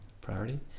priority